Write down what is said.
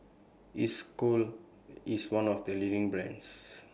Isocal IS one of The leading brands